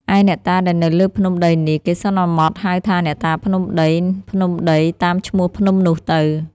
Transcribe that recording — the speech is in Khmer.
ឯអ្នកតាដែលនៅលើភ្នំដីនេះ គេសន្មតហៅថា “អ្នកតាភ្នំដីៗ” តាមឈ្មោះភ្នំនោះទៅ ។